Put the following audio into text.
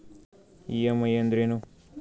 EMI ಅಂದ್ರೇನು?